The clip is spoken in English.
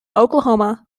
oklahoma